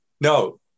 No